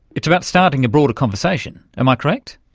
it's about starting a broader conversation, am i correct?